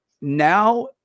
now